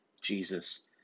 Jesus